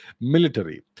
military